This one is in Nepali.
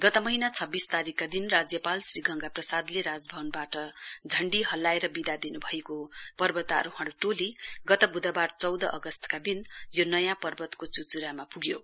गत महीना छब्बीस तारीकका दिन राज्यपाल श्री गंगा प्रसादले राजभवनबाट झण्डी हल्लाएर बिदा दिन् भएको पर्वतारोहण टोली गत ब्धबार चौध अगस्तका दिन यो नयाँ पर्वतको च्च्रामा प्ग्यो